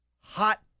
hot